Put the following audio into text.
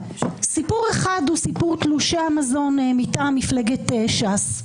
סיפור אחד הוא סיפור תלושי המזון מטעם מפלגת ש"ס.